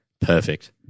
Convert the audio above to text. Perfect